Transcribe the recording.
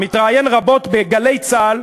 ב"גלי צה"ל"